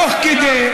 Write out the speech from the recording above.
תוך כדי,